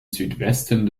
südwesten